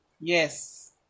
Yes